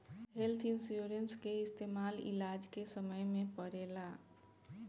health insurance के इस्तमाल इलाज के समय में पड़ेला